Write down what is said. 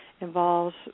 involves